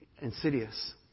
insidious